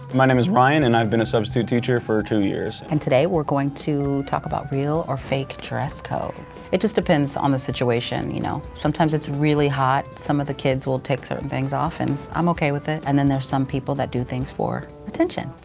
my name is ryan and i've been a substitute teacher for two years. and today we're going to talk about real or fake dress codes. it just depends on the situation. you know sometimes it's really hot. some of the kids will take certain things off, and i'm okay with it. and then there's some people that do things for attention.